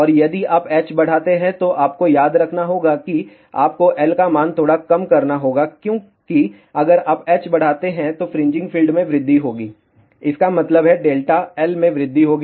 और यदि आप h बढ़ाते हैं तो आपको याद रखना होगा कि आपको L का मान थोड़ा कम करना होगा क्यों कि अगर आप h बढ़ाते हैं तो फ्रिंजिंग फील्ड में वृद्धि होगी इसका मतलब है डेल्टा L में वृद्धि होगी